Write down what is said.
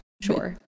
Sure